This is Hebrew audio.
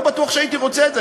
לא בטוח שהייתי רוצה את זה,